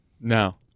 No